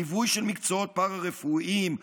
ליווי של מקצועות פארה-רפואיים.